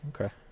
Okay